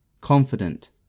confident